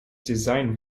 design